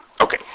Okay